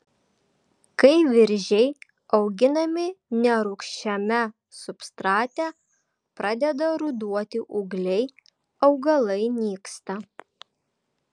kai viržiai auginami nerūgščiame substrate pradeda ruduoti ūgliai augalai nyksta